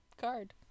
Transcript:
card